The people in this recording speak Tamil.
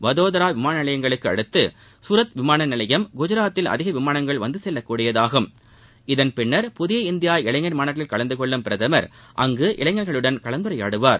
வதோரா விமானநிலையங்களுக்கு அடுத்து சூரத் விமானநிலயம் குஜராத்தில் அதிக விமானங்கள் வந்துசெல்லக்கூடியதாகும் இதன்பின்னர் புதிய இந்தியா இளைஞர் மாநாட்டில் கலந்துகொள்ளும் பிரதமர் அங்கு இளைஞர்களுடன் கலந்துரையாடுவார்